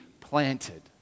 planted